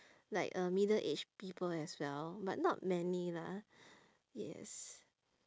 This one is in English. like uh middle age people as well but not many lah yes